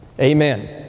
Amen